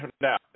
Now